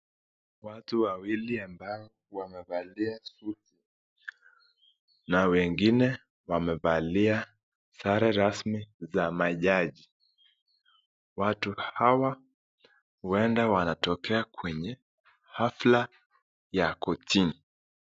Watu wawili ambao wamevalia suti na wengine wamevalia sare rasmi za majaji. Watu hawa ueda wanatokea kwenye hafla ya kortini.